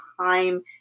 time